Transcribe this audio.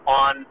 on